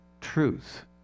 truth